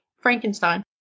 Frankenstein